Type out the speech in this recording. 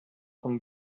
von